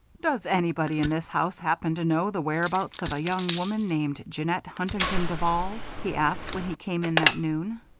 does anybody in this house happen to know the whereabouts of a young woman named jeannette huntington duval? he asked, when he came in that noon.